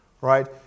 Right